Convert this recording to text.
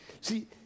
See